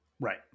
Right